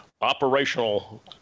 operational